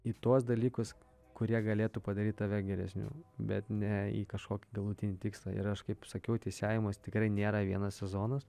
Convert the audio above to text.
į tuos dalykus kurie galėtų padaryti tave geresniu bet ne į kažkokį galutinį tikslą ir aš kaip sakiau teisėjavimas tikrai nėra vienas sezonas